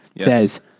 says